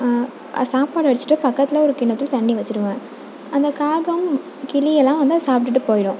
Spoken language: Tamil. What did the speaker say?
ஆ சாப்பாடு வெச்சிவிட்டு பக்கத்தில் ஒரு கிண்ணத்தில் தண்ணி வெச்சிவிடுவேன் அந்த காகம் கிளி எல்லாம் வந்து அதை சாப்பிடுட்டு போயிவிடும்